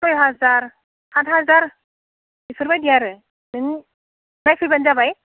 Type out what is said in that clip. सय हाजार सात हाजार इफोरबायदि आरो नों नायफैब्लानो जाबाय